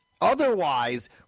otherwise